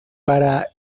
para